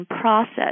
process